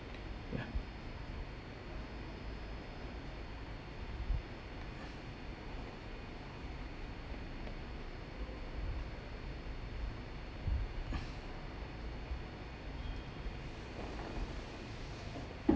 ya